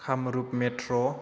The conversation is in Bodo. कामरुप मेट्र